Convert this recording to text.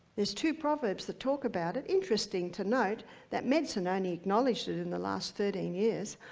there's two proverbs that talk about it. interesting to note that medicine only acknowledged it in the last thirty and years.